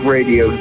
Radio